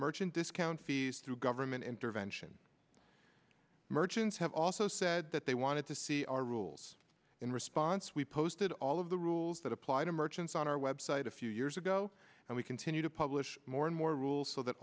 merchant discount fees through government intervention merchants have also said that they wanted to see our rules in response we posted all of the rules that apply to merchants on our website a few years ago and we continue to publish more and more rules so that